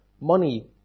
money